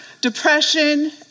Depression